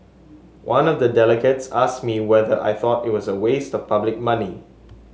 one of the delegates asked me whether I thought it was a waste of public money